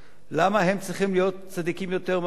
למה הם צריכים להיות צדיקים יותר מהאפיפיור?